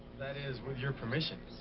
that is, with your permission.